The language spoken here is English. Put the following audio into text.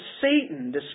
Satan